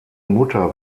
mutter